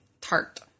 tart